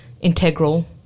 integral